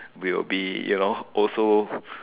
will be you know also